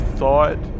thought